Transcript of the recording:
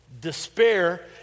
despair